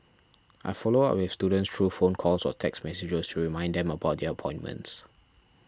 I follow up with students through phone calls or text messages to remind them about their appointments